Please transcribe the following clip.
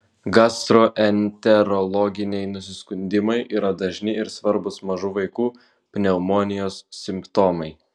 gastroenterologiniai nusiskundimai yra dažni ir svarbūs mažų vaikų pneumonijos simptomai